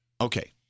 Okay